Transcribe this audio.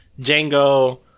Django